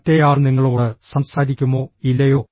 മറ്റേയാൾ നിങ്ങളോട് സംസാരിക്കുമോ ഇല്ലയോ